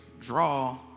draw